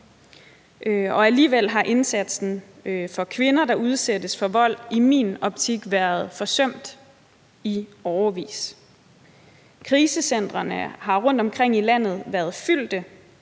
og alligevel har indsatsen for kvinder, der udsættes for vold, i min optik været forsømt i årevis. Krisecentrene har rundt omkring i landet været fyldte.